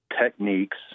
techniques